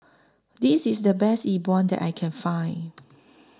This IS The Best Yi Bua that I Can Find